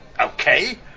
Okay